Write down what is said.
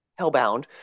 hellbound